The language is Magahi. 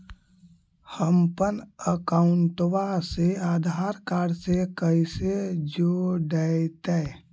हमपन अकाउँटवा से आधार कार्ड से कइसे जोडैतै?